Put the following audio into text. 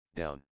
down